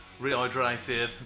rehydrated